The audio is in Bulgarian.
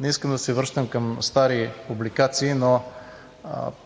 Не искам да се връщам към стари публикации, но